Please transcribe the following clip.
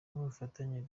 n’ubufatanye